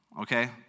okay